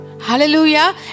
Hallelujah